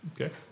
Okay